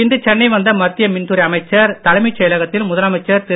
இன்று சென்னை வந்த மத்திய மின்துறை அமைச்சர் தலைமைச் செயலகத்தில் முதலமைச்சர் திரு